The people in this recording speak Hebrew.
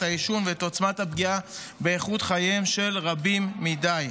העישון ואת עוצמת הפגיעה באיכות חייהם של רבים מדי.